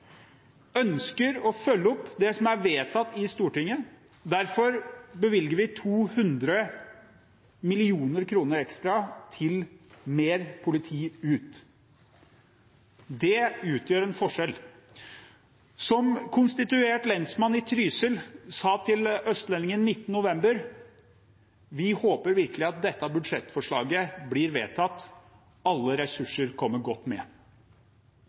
ønsker å følge opp det som er vedtatt i Stortinget. Derfor bevilger vi 200 mill. kr ekstra til mer politi ute. Det utgjør en forskjell. Som konstituert lensmann i Trysil sa til Østlendingen 21. november: Vi håper virkelig at dette budsjettforslaget blir vedtatt. Alle ressurser kommer godt med.